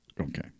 okay